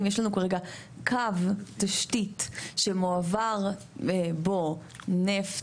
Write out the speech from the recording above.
אם יש לנו כרגע קו תשתית שמועבר בו נפט,